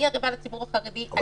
אני ערבה לציבור החרדי,